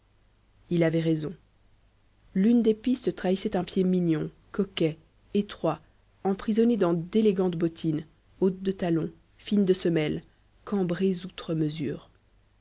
il avait raison l'une des pistes trahissait un pied mignon coquet étroit emprisonné dans d'élégantes bottines hautes de talon fines de semelles cambrées outre mesure